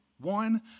one